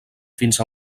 fins